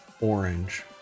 orange